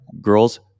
girls